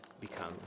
become